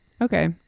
Okay